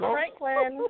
Franklin